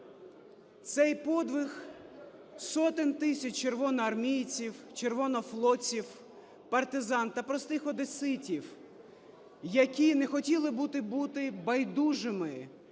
Цей подвиг сотень тисяч червоноармійців, червонофлотців, партизан та простих одеситів, які не хотіли бути байдужими